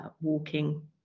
walking